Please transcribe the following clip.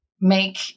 make